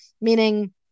Meaning